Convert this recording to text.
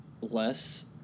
less